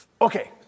Okay